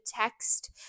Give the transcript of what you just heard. text